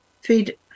feed